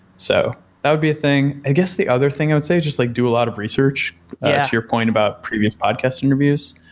so that would be a thing. i guess the other thing i would say, just like do a lot of research, to your point about previous podcast interviews.